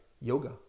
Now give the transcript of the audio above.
yoga